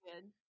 good